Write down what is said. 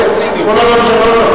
כל הממשלות,